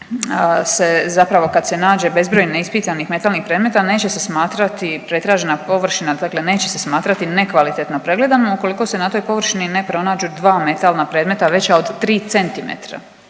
kad se nađe bezbroj neispitanih metalnih predmeta, neće se smatrati pretražna površina, dakle neće se smatrati nekvalitetno pregledano ukoliko se na toj površini ne pronađu dva metalna predmeta veća od 3 cm,